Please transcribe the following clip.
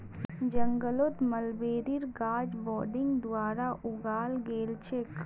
जंगलत मलबेरीर गाछ बडिंग द्वारा उगाल गेल छेक